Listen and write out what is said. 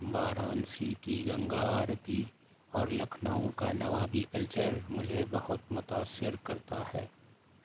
وارانسی کی گنگا آرتی اور لکھنؤ کا نوابی کلچر مجھے بہت متاثر کرتا ہے